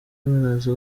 baraza